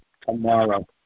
tomorrow